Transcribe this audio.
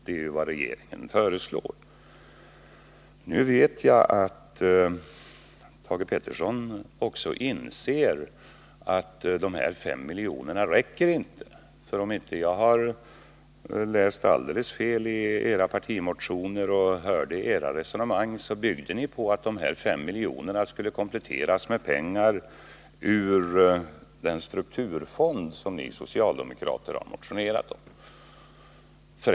Detta är ju vad regeringen föreslår. Nu vet jag att Thage Peterson också inser att 5 miljoner inte räcker, för om jag inte har läst alldeles fel i era partimotioner eller hört fel, så bygger ert resonemang på att de 5 miljonerna skall kompletteras med pengar ur den strukturfond som ni socialdemokrater har motionerat om.